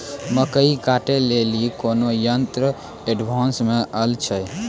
मकई कांटे ले ली कोनो यंत्र एडवांस मे अल छ?